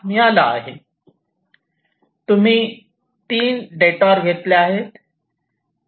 तुम्ही 3 डिटॉर घेतले आहे